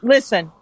Listen